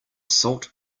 salt